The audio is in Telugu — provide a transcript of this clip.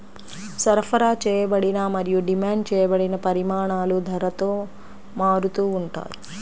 సరఫరా చేయబడిన మరియు డిమాండ్ చేయబడిన పరిమాణాలు ధరతో మారుతూ ఉంటాయి